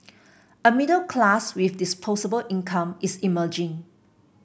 a middle class with disposable income is emerging